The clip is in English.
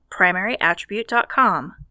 primaryattribute.com